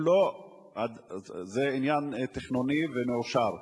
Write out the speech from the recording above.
זה עניין תכנוני ומאושר.